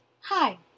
hi